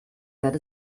that